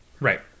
Right